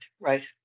right